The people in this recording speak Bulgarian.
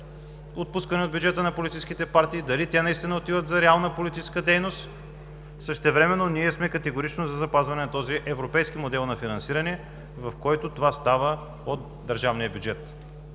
отпускани от бюджета за политическите партии – дали отиват реално за политическа дейност. Същевременно ние сме категорично за запазване на този европейски модел на финансиране, в който това става от държавния бюджет.